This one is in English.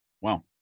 Wow